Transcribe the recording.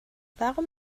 warum